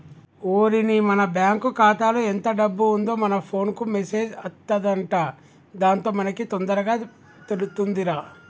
ఓరిని మన బ్యాంకు ఖాతాలో ఎంత డబ్బు ఉందో మన ఫోన్ కు మెసేజ్ అత్తదంట దాంతో మనకి తొందరగా తెలుతుందిరా